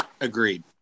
agreed